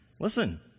Listen